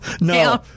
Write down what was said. No